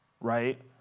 Right